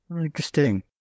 Interesting